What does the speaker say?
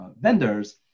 vendors